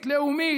לאומית,